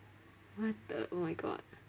what the oh my god